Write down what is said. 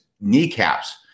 kneecaps